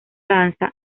danza